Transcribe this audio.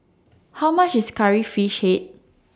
How much IS Curry Fish Head